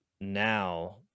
now